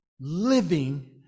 living